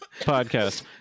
podcast